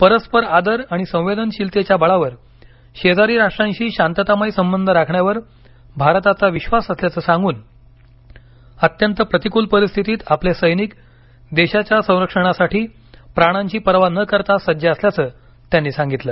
परस्पर आदर आणि संवेदनशीलतेच्या बळावर शेजारी राष्ट्रांशी शांततामय संबध राखण्यावर भारताचा विश्वास असल्याच सांगून अत्यंत प्रतिकूल परिस्थितीत आपले सैनिक इथं देशाच्या संरक्षणासाठी प्राणांची पर्वा न करता सज्ज असल्याचं त्यांनी सांगितलं